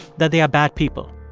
that they are bad people.